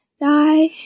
die